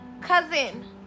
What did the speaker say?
cousin